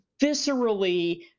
viscerally